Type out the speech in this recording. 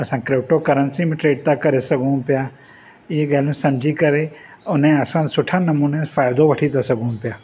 असां crypto currency में trade करे था सघूं पिया इहे ॻाल्हियूं समुझी करे हुन खे असां सुठे नमूने फ़ाइदो वठी था सघूं पिया